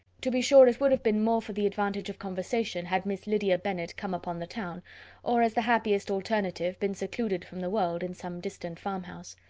to be sure, it would have been more for the advantage of conversation had miss lydia bennet come upon the town or, as the happiest alternative, been secluded from the world, in some distant farmhouse.